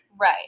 Right